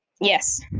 yes